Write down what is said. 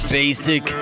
basic